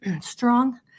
strong